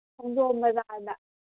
ꯈꯣꯡꯖꯣꯝ ꯕꯖꯥꯔꯗ